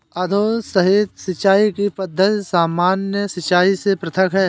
अधोसतही सिंचाई की पद्धति सामान्य सिंचाई से पृथक है